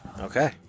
Okay